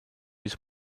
mis